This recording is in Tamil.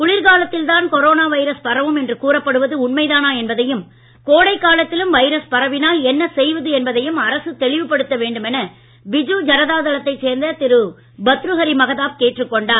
குளிர்காலத்தில் தான் கொரோனா வைரஸ் பரவும் என்று கூறப்படுவது உண்மைதானா என்பதையும் கோடைக்காலத்திலும் வைரஸ் பரவினால் என்ன செய்வது என்பதையும் அரசு தெளிவுபடுத்த வேண்டுமென பிஜு ஜனதா தளத்தை சேர்ந்த திரு பர்த்ருஹரி மகதாப் கேட்டுக் கொண்டார்